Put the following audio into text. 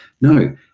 no